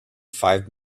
five